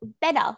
better